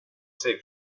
sig